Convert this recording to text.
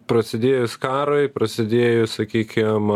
prasidėjus karui prasidėjus sakykim